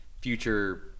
future